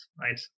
right